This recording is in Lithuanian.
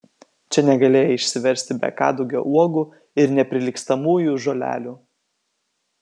čia negalėjai išsiversti be kadugio uogų ir neprilygstamųjų žolelių